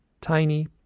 tiny